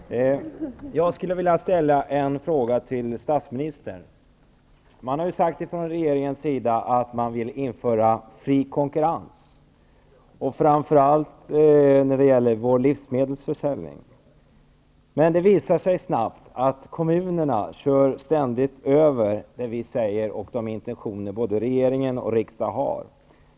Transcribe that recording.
Fru talman! Jag skulle vilja ställa en fråga till statsministern. Regeringen har sagt att man vill införa fri konkurrens, framför allt när det gäller livsmedelsförsäljning. Men det har snabbt visat sig att kommunerna ständigt kör över de intentioner både regering och riksdag har.